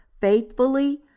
faithfully